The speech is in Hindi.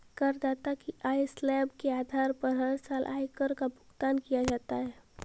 करदाता की आय स्लैब के आधार पर हर साल आयकर का भुगतान किया जाता है